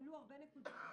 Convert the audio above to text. עלו הרבה נקודות.